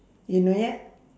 you not yet